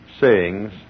sayings